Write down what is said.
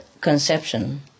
conception